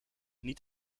niet